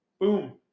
boom